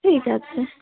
ঠিক আছে